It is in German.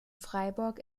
freiburg